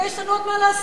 ויש לנו עוד מה לעשות,